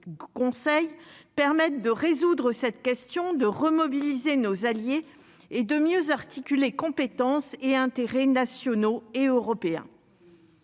Conseil permettent de résoudre cette question de remobiliser nos alliés et de mieux articuler compétences et intérêts nationaux et européens.